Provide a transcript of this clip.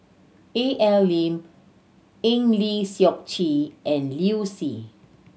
Al Lim Eng Lee Seok Chee and Liu Si